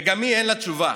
וגם היא, אין לה תשובה.